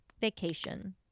vacation